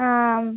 आम्